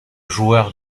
joueur